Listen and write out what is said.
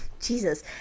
Jesus